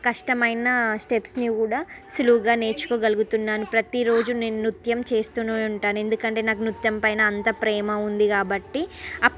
ఆ కష్టమైనా స్టెప్స్ని కూడా సులువుగా నేర్చుకోగలుగుతున్నాను ప్రతి రోజు నేను నృత్యం చేస్తూనే ఉంటాను ఎందుకంటే నాకు నృత్యం పైన అంత ప్రేమ ఉంది కాబట్టి ఆ